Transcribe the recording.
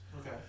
okay